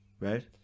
Right